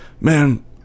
man